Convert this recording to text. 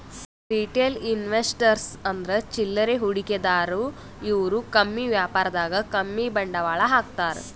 retail investors ಅಂದ್ರ ಚಿಲ್ಲರೆ ಹೂಡಿಕೆದಾರು ಇವ್ರು ಕಮ್ಮಿ ವ್ಯಾಪಾರದಾಗ್ ಕಮ್ಮಿ ಬಂಡವಾಳ್ ಹಾಕ್ತಾರ್